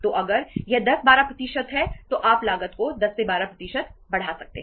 तो अगर यह 10 12 प्रतिशत है तो आप लागत को 10 12 प्रतिशत बढ़ा सकते हैं